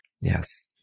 Yes